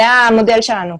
זה המודל שלנו.